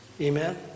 Amen